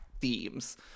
themes